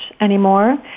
anymore